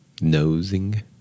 nosing